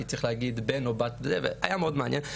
כי בעצם צריך להגיד בן או בת זה והיה מאוד מעניין.